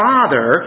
Father